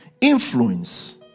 influence